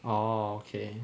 oh okay